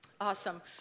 Awesome